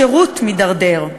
השירות מתדרדר,